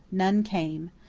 none came.